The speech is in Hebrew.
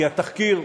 כי התחקיר,